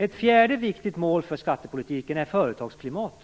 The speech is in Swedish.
Ett fjärde viktigt mål för skattepolitiken är ett bra företagsklimat.